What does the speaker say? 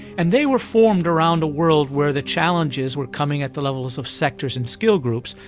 and they were formed around a world where the challenges were coming at the levels of sectors and skill groups.